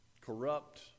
corrupt